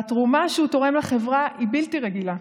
והתרומה שהוא תורם לחברה היא בלתי רגילה.